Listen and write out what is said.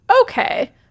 okay